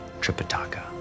Tripitaka